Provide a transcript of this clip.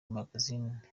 magazine